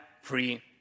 free